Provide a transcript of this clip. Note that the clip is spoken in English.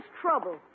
trouble